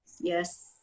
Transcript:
Yes